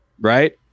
right